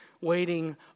waiting